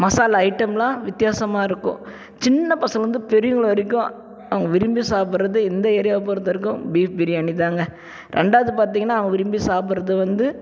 மசாலா ஐட்டமெலாம் வித்தியாசமாக இருக்கும் சின்ன பசங்கள்லருந்து பெரியவங்க வரைக்கும் அவங்க விரும்பி சாப்பிட்றது இந்த ஏரியாவை பொறுத்த வரைக்கும் பீஃப் பிரியாணி தாங்க ரெண்டாவது பார்த்தீங்கன்னா அவங்க விரும்பி சாப்பிட்றது வந்து